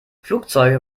flugzeuge